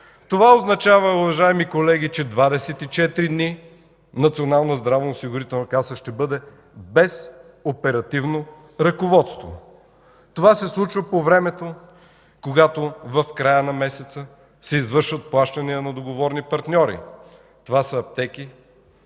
Националната здравноосигурителна каса ще бъде без оперативно ръководство. Това се случва по времето, когато в края на месеца, се извършват плащания на договорени партньори. Това са аптеки,